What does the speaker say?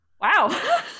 Wow